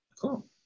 Cool